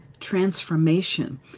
transformation